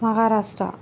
Maharashtra